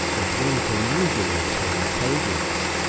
and one can usually obtain curried rice,